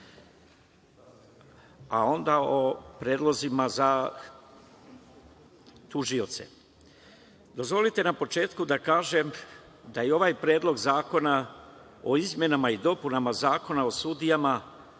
a onda o predlozima za tužioce. Dozvolite na početku da kažem, da je i ovaj predlog zakona o izmenama i dopunama Zakona o sudijama,